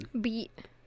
Beat